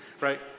right